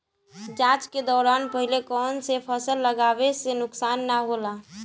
जाँच के दौरान पहिले कौन से फसल लगावे से नुकसान न होला?